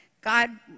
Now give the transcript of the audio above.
God